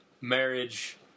marriage